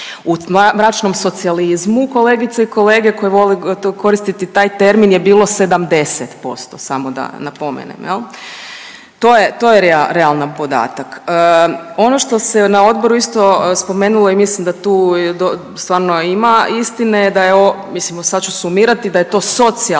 U mračnom socijalizmu kolegice i kolege koje vole koristiti taj termin je bilo 70% samo da napomenem. To je realan podatak. Ono što se na odboru isto spomenulo i mislim da tu stvarno ima istine je da mislim sad ću sumirati da je to socijalna